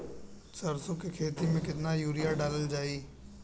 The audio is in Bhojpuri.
सरसों के खेती में केतना यूरिया डालल जाई?